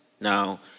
Now